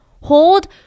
hold